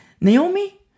Naomi